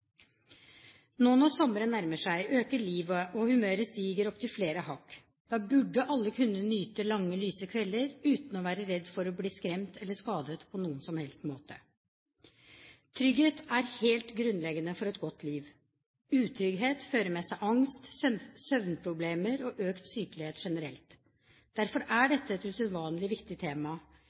noen som helst måte. Trygghet er helt grunnleggende for et godt liv. Utrygghet fører med seg angst, søvnproblemer og økt sykelighet generelt. Derfor er dette et usedvanlig viktig tema.